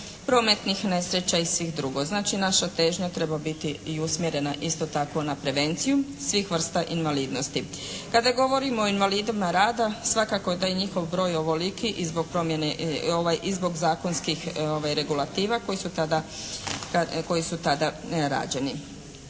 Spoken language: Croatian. prometnih nesreća i svih drugo. Znači naša težnja treba biti i usmjerena isto tako na prevenciju svih vrsta invalidnosti. Kada govorimo o invalidima rada svakako da je njihov broj ovoliki i zbog promjene, i zbog zakonskih regulativa koji su tada, koji